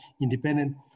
independent